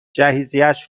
جهیزیهش